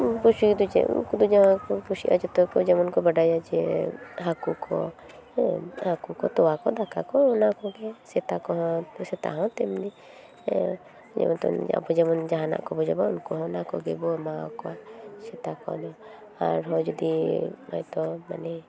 ᱥᱮᱛᱟ ᱯᱩᱥᱤᱫᱚ ᱪᱮᱫ ᱩᱱᱠᱩᱫᱚ ᱡᱟᱦᱟᱸ ᱜᱮᱠᱚ ᱠᱩᱥᱤᱣᱟᱜᱼᱟ ᱡᱚᱛᱚ ᱜᱮ ᱡᱮᱢᱚᱱ ᱠᱚ ᱵᱟᱰᱟᱭᱟ ᱡᱮ ᱦᱟᱠᱳ ᱠᱚ ᱦᱟᱠᱳ ᱠᱚ ᱛᱚᱣᱟ ᱠᱚ ᱫᱟᱠᱟ ᱠᱚ ᱚᱱᱟᱠᱚᱜᱮ ᱥᱮᱛᱟ ᱠᱚᱦᱚᱸ ᱥᱮᱛᱟ ᱦᱚᱸ ᱛᱮᱢᱱᱤ ᱟᱵᱳ ᱡᱮᱢᱚᱱ ᱡᱟᱦᱟᱱᱟᱜ ᱠᱚᱵᱚᱱ ᱡᱚᱢᱟ ᱩᱱᱠᱩᱦᱚᱸ ᱚᱱᱟᱠᱚ ᱜᱮᱵᱚᱱ ᱮᱢᱟᱣ ᱟᱠᱚᱣᱟ ᱥᱮᱛᱟ ᱠᱚᱫᱚ ᱟᱨᱦᱚᱸ ᱡᱚᱫᱤ ᱦᱚᱭᱛᱚ ᱢᱟᱱᱮ